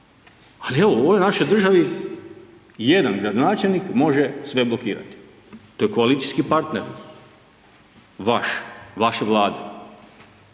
Ali evo u ovoj našoj državi jedan gradonačelnik može sve blokirati. To je koalicijski partner vaš, vaše Vlade.